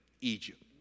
Egypt